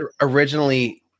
originally